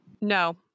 No